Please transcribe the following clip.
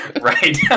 Right